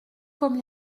comme